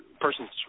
person's